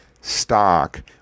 stock